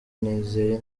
nizeye